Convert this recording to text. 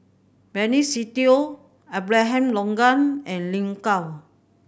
Benny Se Teo Abraham Logan and Lin Gao